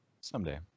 Someday